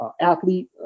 athlete